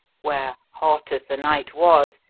where, hot as the night was,